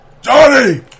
Johnny